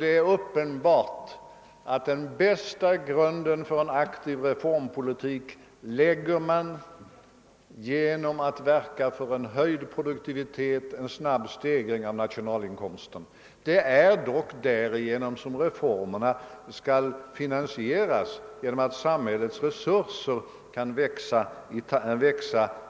Det är uppenbart att den bästa grunden för en aktiv reformpolitik lägger man genom att verka för höjd produktivitet och snabb stegring av nationalinkomsten. Det är dock härigenom som reformerna skall finansieras — genom att sam hällets resurser kan växa